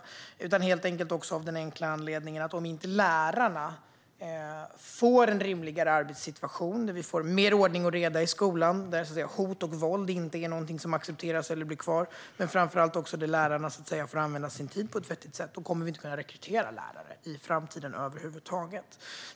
Det är helt enkelt också av den enkla anledningen att lärarna måste få en rimligare arbetssituation med mer ordning och reda i skolan, där hot och våld inte är något som accepteras eller blir kvar, men framför allt att lärarna måste få använda sin tid på ett vettigt sätt. Annars kommer vi inte att kunna rekrytera lärare i framtiden över huvud taget.